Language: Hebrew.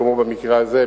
כמו במקרה הזה,